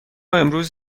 امروز